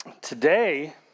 Today